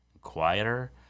quieter